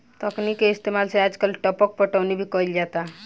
तकनीक के इस्तेमाल से आजकल टपक पटौनी भी कईल जाता